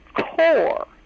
core